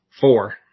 four